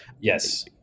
yes